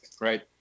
right